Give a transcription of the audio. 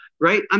right